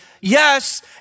Yes